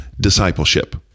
discipleship